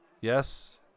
yes